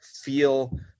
feel